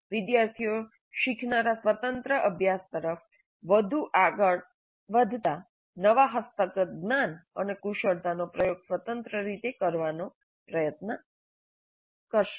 વિદ્યાર્થીઓ શીખનારા સ્વતંત્ર અભ્યાસ તરફ વધુ આગળ વધતા નવા હસ્તગત જ્ઞાન અને કુશળતાનો પ્રયોગ સ્વતંત્ર રીતે કરવાનો પ્રયત્ન કરશે